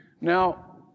Now